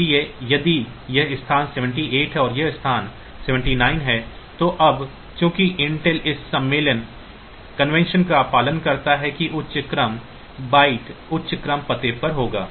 इसलिए यदि यह स्थान 78 है और यह स्थान 79 है तो अब चूंकि इंटेल इस सम्मेलन का पालन करता है कि उच्च क्रम बाइट उच्च क्रम पते पर होगा